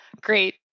Great